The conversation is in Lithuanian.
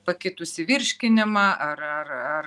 pakitusį virškinimą ar ar ar